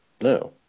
no